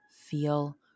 feel